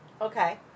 Okay